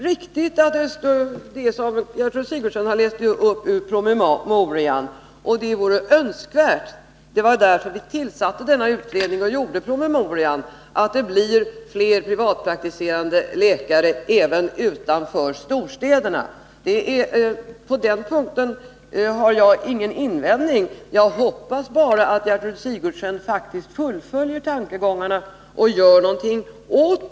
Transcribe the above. Herr talman! Det är riktigt, som Gertrud Sigurdsen läste upp ur promemorian, att det vore önskvärt att vi får fler privatpraktiserande läkare även utanför storstäderna. Det var därför som vi tillsatte utredningen och framlade promemorian. På den punkten har jag ingen invändning. Jag hoppas bara att Gertrud Sigurdsen faktiskt fullföljer tankegången och gör något åt situationen.